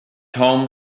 home